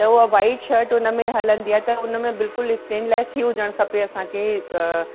त उहा white shirt हुन में हलंदी आहे त हुन में बिल्कुलु स्टेनलेस थी हुजणु खपे असांखे